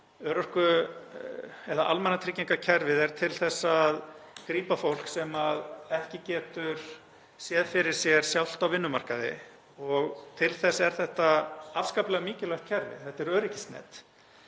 að almannatryggingakerfið sé til þess að grípa fólk sem ekki getur séð fyrir sér sjálft á vinnumarkaði og til þess er þetta afskaplega mikilvægt kerfi. Þetta er öryggisnet.